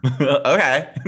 okay